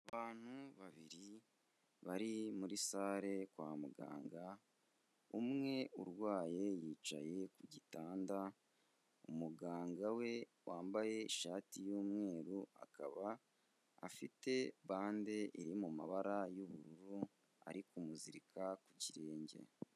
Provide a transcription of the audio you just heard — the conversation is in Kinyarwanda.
Abantu babiri bari muri sale kwa muganga, umwe urwaye yicaye ku gitanda, umuganga we wambaye ishati y'umweru akaba afite bande iri mu mabara y'ubururu, ari kumuzirika ku kirenge.